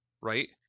right